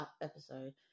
episode